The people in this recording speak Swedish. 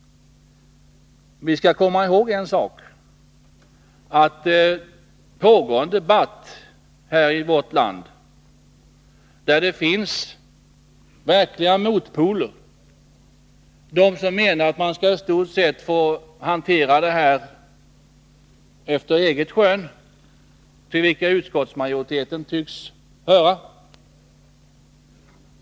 Vi skall komma ihåg en sak, nämligen att det pågår en debatt här i vårt land där det finns verkliga motpoler. Det finns de som menar att man i stort sett skall få hantera sådana här frågor efter eget skön — och utskottsmajoriteten tycks höra till dem.